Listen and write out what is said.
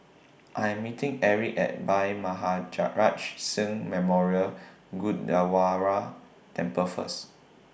I Am meeting Erik At Bhai Maharaj Singh Memorial Gurdwara Temple First